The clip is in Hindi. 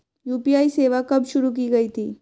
यू.पी.आई सेवा कब शुरू की गई थी?